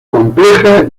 compleja